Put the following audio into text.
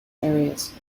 areas